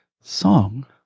song